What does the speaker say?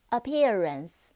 Appearance